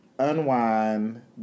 unwind